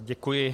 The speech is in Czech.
Děkuji.